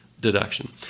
deduction